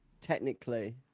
technically